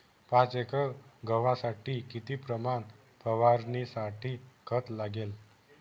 पाच एकर गव्हासाठी किती प्रमाणात फवारणीसाठी खत लागेल?